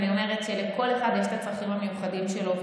אני אומרת שלכל אחד יש הצרכים המיוחדים שלו.